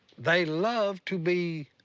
they love to be,